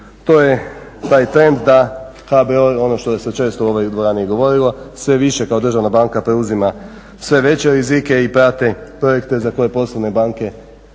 to je taj trend da HBOR, ono što se često u ovoj dvorani govorilo, sve više kao državna banka preuzima sve veće rizike i prati projekte za koje poslovne banke